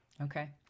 okay